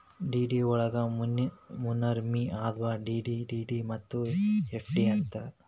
DD ವಳಗ ಮೂರ್ನಮ್ನಿ ಅದಾವು ಡಿ.ಡಿ, ಟಿ.ಡಿ ಮತ್ತ ಎಫ್.ಡಿ ಅಂತ್